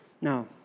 Now